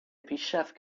پیشرفت